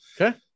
Okay